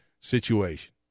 situation